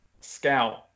scout